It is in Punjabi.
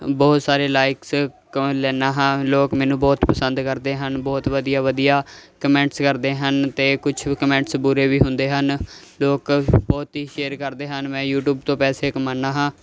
ਬਹੁਤ ਸਾਰੇ ਲਾਇਕਸ ਕ ਲੈਂਦਾ ਹਾਂ ਲੋਕ ਮੈਨੂੰ ਬਹੁਤ ਪਸੰਦ ਕਰਦੇ ਹਨ ਬਹੁਤ ਵਧੀਆ ਵਧੀਆ ਕਮੈਂਟਸ ਕਰਦੇ ਹਨ ਅਤੇ ਕੁਛ ਕਮੈਂਟਸ ਬੁਰੇ ਵੀ ਹੁੰਦੇ ਹਨ ਲੋਕ ਬਹੁਤ ਹੀ ਸ਼ੇਅਰ ਕਰਦੇ ਹਨ ਮੈਂ ਯੂਟੀਊਬ ਤੋਂ ਪੈਸੇ ਕਮਾਉਂਦਾ ਹਾਂ